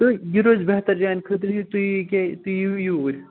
تہٕ یہِ روزِ بہتر چانہِ خٲطرٕ یہِ تُہۍ یہِ کیٛاہ تُہۍ یِیِو یوٗرۍ